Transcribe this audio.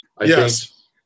Yes